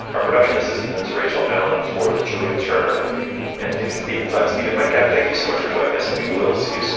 our production assistant is rachel allen for julia turner and dana stevens. i'm stephen metcalf. thank you so much for joining us. we will see so